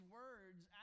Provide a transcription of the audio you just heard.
words